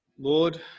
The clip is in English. lord